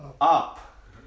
up